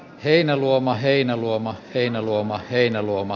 heinäluoma heinäluoma heinäluoma heinäluoma